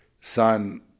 son